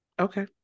Okay